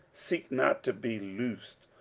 seek not to be loosed.